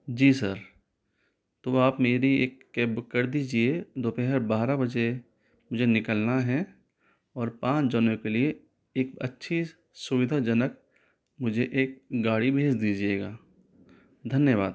जी sir तो आप मेरी एक कैब बुक कर दीजिए दोपहर बारह बजे मुझे निकलना है और पाँच जनों के लिए एक अच्छी सुविधाजनक मुझे एक गाड़ी भेज दीजिएगा धन्यवाद